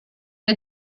que